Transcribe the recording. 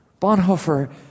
Bonhoeffer